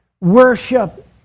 worship